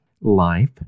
life